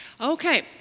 Okay